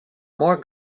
more